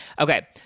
Okay